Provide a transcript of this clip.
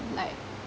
like